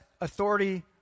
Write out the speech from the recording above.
authority